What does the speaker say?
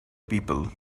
people